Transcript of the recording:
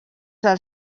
del